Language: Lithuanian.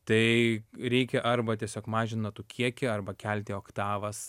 tai reikia arba tiesiog mažin natų kiekį arba kelti oktavas